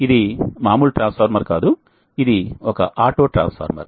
ఇది మామూలు ట్రాన్స్ఫార్మర్ కాదు ఇది ఒక ఆటోట్రాన్స్ఫార్మర్